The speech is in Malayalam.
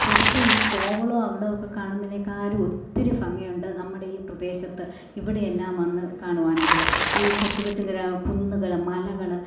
ശരിക്കും ഈ കോവളം അവടെയൊക്കെ കാണുന്നതിനെക്കാളും ഒത്തിരി ഭംഗിയുണ്ട് നമ്മുടെ ഈ പ്രദേശത്ത് ഇവിടെയെല്ലാം വന്ന് കാണുകയാണെങ്കിൽ ഈ കൊച്ചു കൊച്ചു കുന്നുകൾ മലകൾ